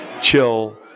chill